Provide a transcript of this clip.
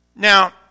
Now